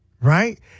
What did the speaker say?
right